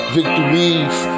Victories